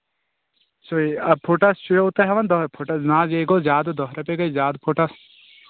سُے آ فُٹس حظ چھُو تُہۍ ہیٚوان دَہ رۅپیہِ فُٹس نہَ حظ یےَ گوٚو زیادٕ دَہ رۄپیہِ گٔے زیادٕ فُٹَس